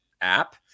app